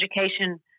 Education